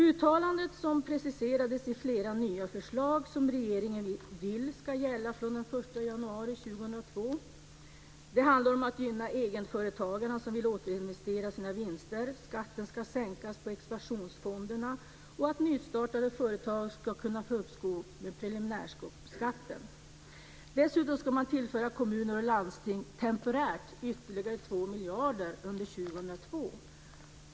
Uttalandet, som preciserades i flera nya förslag som regeringen vill ska gälla från den 1 januari 2002, handlade om att man ska gynna egenföretagare som vill återinvestera sina vinster, om att skatten ska sänkas på expansionsfonderna, om att nystartade företag ska kunna få uppskov med preliminärskatten. Dessutom ska man temporärt tillföra kommuner och landsting ytterligare 2 miljarder under 2002.